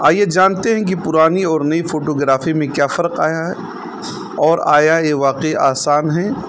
آ ئیے جانتے ہیں کہ پرانی اور نئی فوٹوگرافی میں کیا فرق آیا ہے اور آیا یہ واقع آسان ہیں